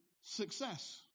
success